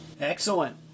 Excellent